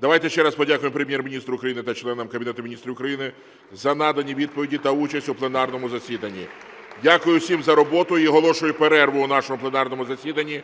Давайте ще раз подякуємо Прем'єр-міністру України та членам Кабінету Міністрів України за надані відповіді та участь у пленарному засіданні. (Оплески) Дякую всім за роботу. І оголошую перерву в нашому пленарному засіданні.